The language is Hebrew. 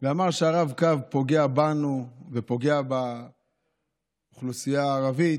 ואמר שהרב-קו פוגע בנו ופוגע באוכלוסייה הערבית.